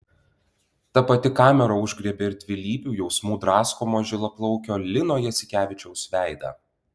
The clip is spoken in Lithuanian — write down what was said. ta pati kamera užgriebė ir dvilypių jausmų draskomo žilaplaukio lino jasikevičiaus veidą